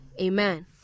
Amen